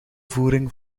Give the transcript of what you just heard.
voering